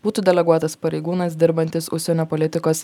būtų deleguotas pareigūnas dirbantis užsienio politikos